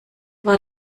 war